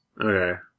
Okay